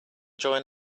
join